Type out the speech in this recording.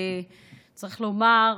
צריך לומר,